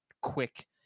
quick